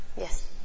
Yes